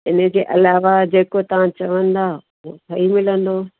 हिनजे अलावा जेको तव्हां चवंदा उहो ठही मिलंदो